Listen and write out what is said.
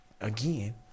Again